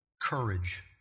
courage